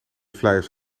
flyers